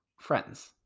friends